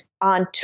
on